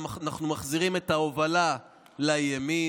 אנחנו מחזירים את ההובלה לימין.